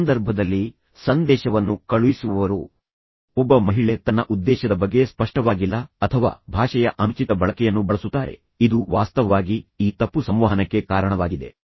ಈ ಸಂದರ್ಭದಲ್ಲಿ ಸಂದೇಶವನ್ನು ಕಳುಹಿಸುವವರು ಒಬ್ಬ ಮಹಿಳೆ ತನ್ನ ಉದ್ದೇಶದ ಬಗ್ಗೆ ಸ್ಪಷ್ಟವಾಗಿಲ್ಲ ಅಥವಾ ಭಾಷೆಯ ಅನುಚಿತ ಬಳಕೆಯನ್ನು ಬಳಸುತ್ತಾರೆ ಇದು ವಾಸ್ತವವಾಗಿ ಈ ತಪ್ಪು ಸಂವಹನಕ್ಕೆ ಕಾರಣವಾಗಿದೆ